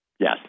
Yes